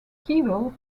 keble